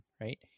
right